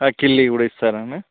కిళ్ళీ కూడా ఇస్తారండి